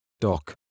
doc